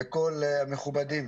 וכל המכובדים.